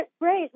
great